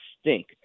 stink